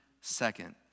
second